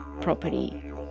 property